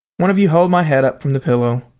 one of you hold my head up from the pillow.